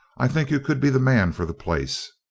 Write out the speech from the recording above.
i think you could be the man for the place.